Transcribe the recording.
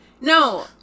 no